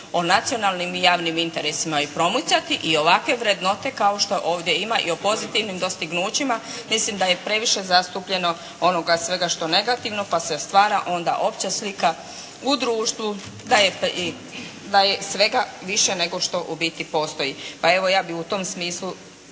o nacionalnim i javnim interesima i promicati i ovakve vrednote kao što ovdje ima i o pozitivnim dostignućima. Mislim da je previše zastupljeno onoga svega što je negativno pa se stvara onda opća slika u društvu da je svega više nego što u biti postoji. Pa evo, ja bi u tom smislu